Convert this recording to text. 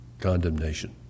condemnation